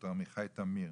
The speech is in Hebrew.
דוקטור עמיחי תמיר,